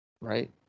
Right